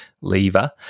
lever